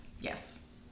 Yes